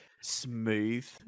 smooth